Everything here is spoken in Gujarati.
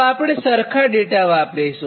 તો આપણે સરખો ડેટા વાપરીશું